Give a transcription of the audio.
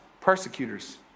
persecutors